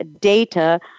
data